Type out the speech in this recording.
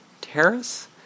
Terrace